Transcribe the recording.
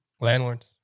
Landlords